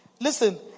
Listen